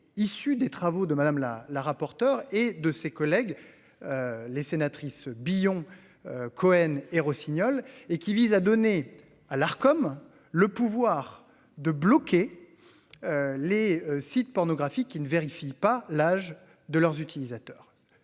issu des travaux de madame la la rapporteure et de ses collègues. Les sénatrices Billon. Cohen et Rossignol et qui vise à donner à l'Arcom, le pouvoir de bloquer. Les sites pornographiques qui ne vérifie pas l'âge de leurs utilisateurs